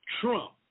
Trump